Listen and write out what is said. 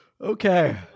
Okay